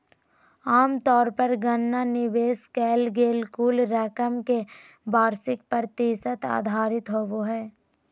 आमतौर पर गणना निवेश कइल गेल कुल रकम के वार्षिक प्रतिशत आधारित होबो हइ